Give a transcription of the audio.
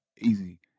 easy